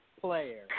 player